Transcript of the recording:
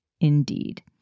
Indeed